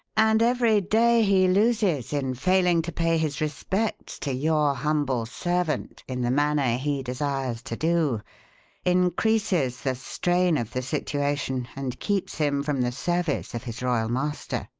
and every day he loses in failing to pay his respects to your humble servant in the manner he desires to do increases the strain of the situation and keeps him from the service of his royal master.